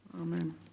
Amen